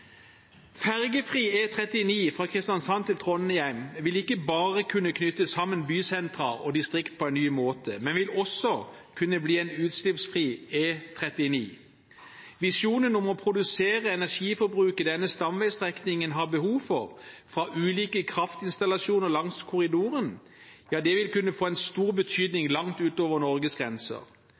Fergefri E39 fra Kristiansand til Trondheim vil ikke bare kunne knytte bysenter og distrikt sammen på en ny måte, men vil også kunne bli en utslippsfri E39. Visjonen om å produsere energiforbruket denne stamveistrekningen har behov for fra ulike kraftinstallasjoner langs korridoren, vil kunne få stor betydning langt utover Norges grenser.